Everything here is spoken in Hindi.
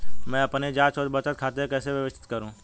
मैं अपनी जांच और बचत खाते कैसे व्यवस्थित करूँ?